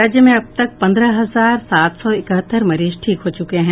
राज्य में अब तक पंद्रह हजार सात सौ इकहत्तर मरीज ठीक हो चुके हैं